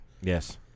Yes